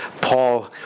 Paul